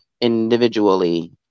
individually